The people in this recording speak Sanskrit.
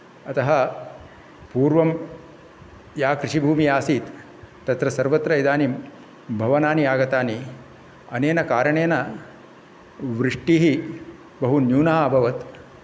अतः पूर्वं या कृषिभूमिः आसीत् तत्र सर्वत्र इदानीं भवनानि आगतानि अनेन कारणेन वृष्टिः बहु न्यूना अभवत्